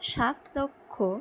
সাত লক্ষ